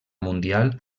mundial